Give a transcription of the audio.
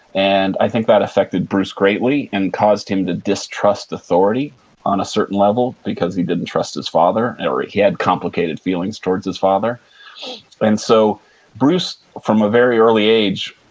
and i think that affected bruce greatly and caused him to distrust authority on a certain level because he didn't trust his father and or he had complicated feelings towards his father and so bruce, from a very early age,